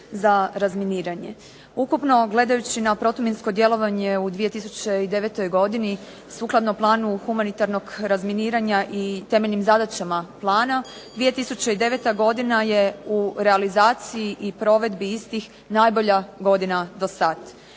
za razminiranje. Ukupno gledajući na protuminsko djelovanje u 2009. godini sukladno planu humanitarnog razminiranja i temeljnim zadaćama plana 2009. godina je u realizaciji i provedbi istih najbolja godina dosada.